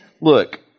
look